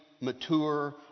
mature